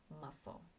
muscle